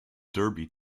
derby